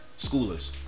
schoolers